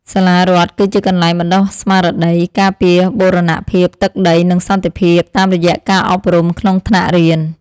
សាលារដ្ឋគឺជាកន្លែងបណ្តុះស្មារតីការពារបូរណភាពទឹកដីនិងសន្តិភាពតាមរយៈការអប់រំក្នុងថ្នាក់រៀន។